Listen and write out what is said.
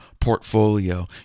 portfolio